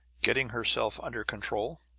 getting herself under control.